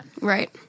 right